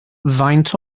faint